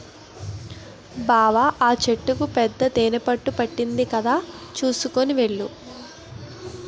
బావా ఆ చెట్టుకి పెద్ద తేనెపట్టు పట్టింది కదా చూసుకొని వెళ్ళు